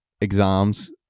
exams